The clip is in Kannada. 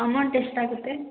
ಅಮೌಂಟ್ ಎಷ್ಟಾಗುತ್ತೆ